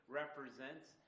represents